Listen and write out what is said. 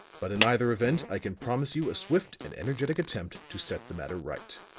but in either event i can promise you a swift and energetic attempt to set the matter right.